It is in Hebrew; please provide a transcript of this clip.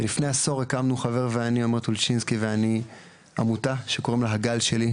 לפני כעשור חבר שלי עומר ואני הקמנו עמותה שקוראים לה הגל שלי,